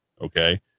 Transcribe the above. okay